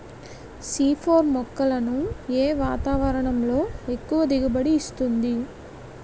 C four మొక్కలను ఏ వాతావరణంలో ఎక్కువ దిగుబడి ఇస్తుంది?